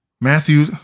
Matthew